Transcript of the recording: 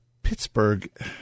Pittsburgh